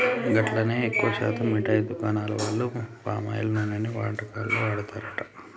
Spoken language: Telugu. గట్లనే ఎక్కువ శాతం మిఠాయి దుకాణాల వాళ్లు పామాయిల్ నూనెనే వంటకాల్లో వాడతారట